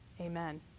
amen